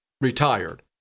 retired